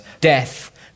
death